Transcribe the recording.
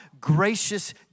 gracious